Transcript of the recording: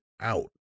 out